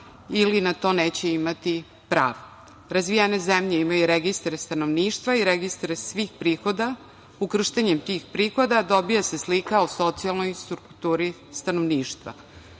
ili na to neće imati pravo. Razvijene zemlje imaju registar stanovništva i registar svih prihoda. Ukrštanjem tih prihoda dobija se slika o socijalnoj strukturi stanovništva. Uvođenjem